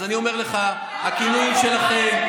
אז אני אומר לך, הכינויים שלכם,